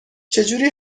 چجوری